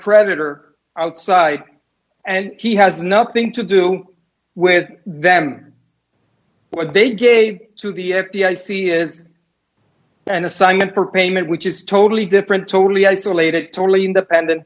creditor outside and he has nothing to do with them what they gave to the f d i c is an assignment for payment which is totally different totally isolated totally independent